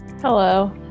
Hello